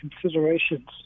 considerations